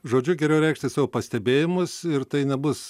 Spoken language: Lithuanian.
žodžiu geriau reikšti savo pastebėjimus ir tai nebus